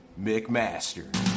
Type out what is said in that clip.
McMaster